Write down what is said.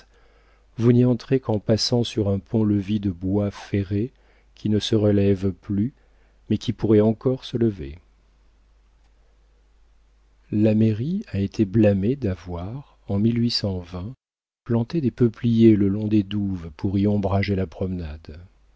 n'y entrez qu'en passant sur un pont-levis de bois ferré qui ne se relève plus mais qui pourrait encore se lever la mairie a été blâmée d'avoir en planté des peupliers le long des douves pour y ombrager la promenade